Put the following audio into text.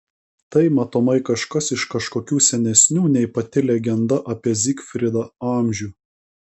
tai matomai kažkas iš kažkokių senesnių nei pati legenda apie zigfridą amžių